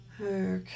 Okay